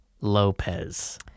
Lopez